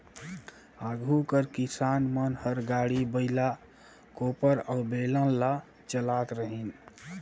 आघु कर किसान मन हर गाड़ी, बइला, कोपर अउ बेलन ल चलात रहिन